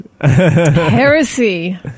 Heresy